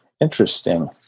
Interesting